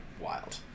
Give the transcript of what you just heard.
Wild